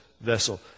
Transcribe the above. vessel